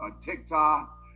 TikTok